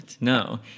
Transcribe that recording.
No